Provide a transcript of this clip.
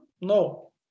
No